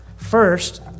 First